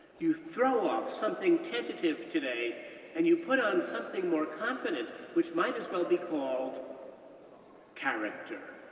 you throw off something tentative today and you put on something more confident, which might as well be called character.